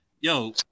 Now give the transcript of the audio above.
yo